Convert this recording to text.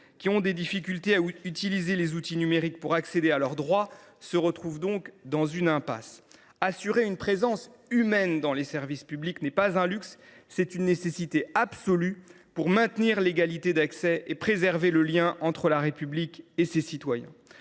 qui ont des difficultés à utiliser les outils numériques pour accéder à leurs droits, se retrouvent dans une impasse. Assurer une présence humaine dans les services publics n’est pas un luxe ; c’est une nécessité absolue pour maintenir l’égalité d’accès et préserver le lien entre la République et ses citoyens.